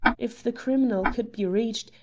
if the criminal could be reached,